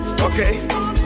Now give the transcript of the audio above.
Okay